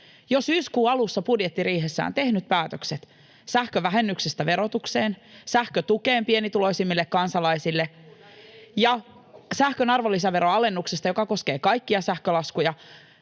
jo syyskuun alussa budjettiriihessään tehnyt päätökset sähkövähennyksestä verotukseen, sähkötuesta pienituloisimmille kansalaisille [Oikealta: Duunari ei hymyile!] ja sähkön arvonlisäveron alennuksesta, joka koskee kaikkia sähkölaskuja.